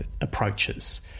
approaches